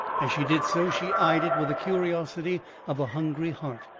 as she did so, she eyed it with the curiosity of a hungry heart.